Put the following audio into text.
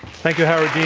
thank you, howard dean.